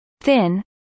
thin